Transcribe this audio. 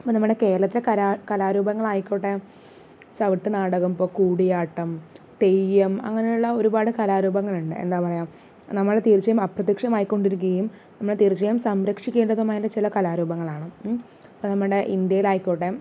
അപ്പം നമ്മുടെ കേരളത്തിലെ കലാ കലാരൂപങ്ങളായിക്കോട്ടെ ചവിട്ട് നാടകം ഇപ്പം കൂടിയാട്ടം തെയ്യം അങ്ങനെയുള്ള ഒരുപാട് കലാരൂപങ്ങളുണ്ട് എന്താ പറയുക നമ്മൾ തീർച്ചയായും അപ്രത്യക്ഷമായി കൊണ്ടിരിക്കുകയും എന്നള്ള് തീർച്ചയായും സംരക്ഷിക്കേണ്ടതുമായിട്ടുള്ള ചില കലാരൂപങ്ങളാണ് അപ്പം നമ്മുടെ ഇന്ത്യയിലായിക്കോട്ടെ